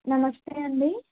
నమస్తే అండి